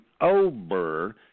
over